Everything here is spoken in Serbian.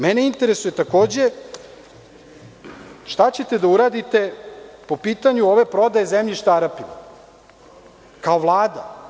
Mene interesuje, takođe, šta ćete da uradite po pitanju ove prodaje zemljišta Arapima kao Vlada?